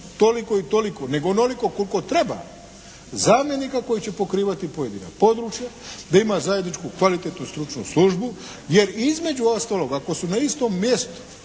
toliko i toliko nego onoliko koliko treba zamjenika koji će pokrivati pojedina područja, da ima zajedničku kvalitetnu stručnu službu jer između ostaloga ako su na istom mjestu